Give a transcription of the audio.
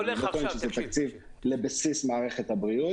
אני לא טוען שזה תקציב לבסיס מערכת הבריאות,